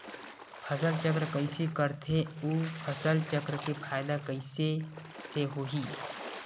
फसल चक्र कइसे करथे उ फसल चक्र के फ़ायदा कइसे से होही?